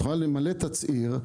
את יכולה למלא תצהיר.